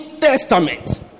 Testament